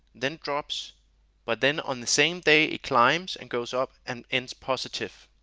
then drops but then on the same day it climbs and goes up and ends positive.